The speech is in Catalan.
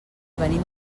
venim